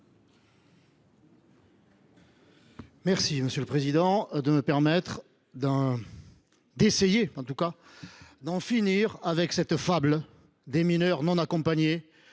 Merci, monsieur le président, de me permettre d’essayer d’en finir avec cette fable des mineurs non accompagnés.